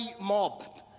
mob